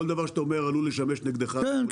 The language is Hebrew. כל דבר שאתה אומר עלול לשמש נגדך כן,